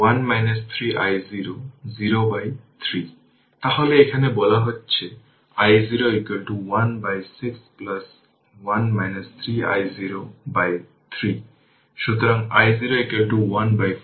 সুতরাং যদি সাধারণত শর্ট সার্কিটের মধ্য দিয়ে কোনো কারেন্ট প্রবাহিত হয় তবে তা কোনোটিতে যাবে না যাকে অন্য কোনো বৈদ্যুতিক উপাদান বলে